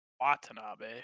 Watanabe